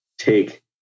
take